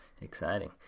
exciting